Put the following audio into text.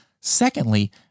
Secondly